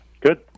good